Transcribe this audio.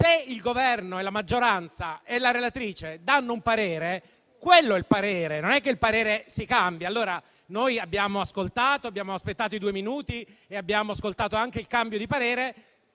il Governo, la maggioranza e la relatrice danno un parere, quello è il parere. Non è che il parere si cambia. Noi abbiamo aspettato i due minuti e abbiamo ascoltato anche il cambio di parere.